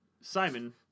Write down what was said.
Simon